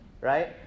right